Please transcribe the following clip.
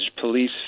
Police